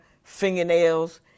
fingernails